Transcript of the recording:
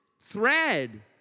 thread